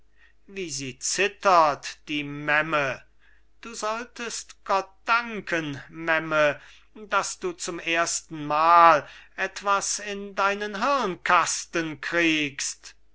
wie sie zittert die memme du solltest gott danken memme daß du zum ersten mal etwas in deinen hirnkasten kriegst